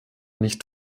nicht